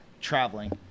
traveling